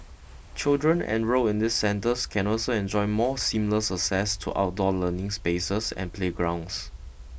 children enrolled in these centres can also enjoy more seamless access to outdoor learning spaces and playgrounds